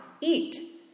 eat